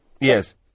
Yes